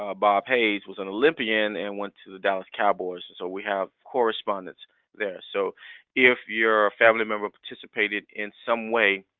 ah bob hays, was an olympian and went to the dallas cowboys. and so we have correspondence there. so if your ah family member participated in some way